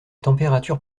températures